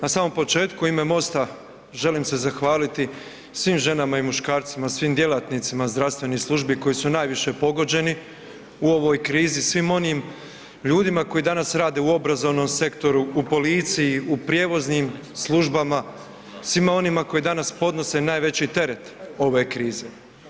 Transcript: Na samom početku u ime MOST-a želim se zahvaliti svim ženama i muškarcima, svim djelatnicima zdravstvenih službi koji su najviše pogođeni u ovoj krizi, svim onim ljudima koji danas rade u obrazovnom sektoru u policiji, u prijevoznim službama, svima onima koji danas podnose najveći teret ove krize.